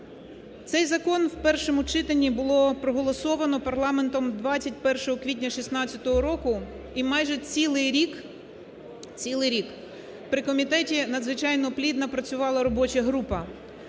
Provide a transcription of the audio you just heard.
Цей закон в першому читанні було проголосовано парламентом 21 квітня 2016 року, і майже цілий рік, цілий рік при комітеті надзвичайно плідно працювала робоча група.